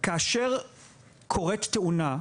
כאשר קורית תאונה,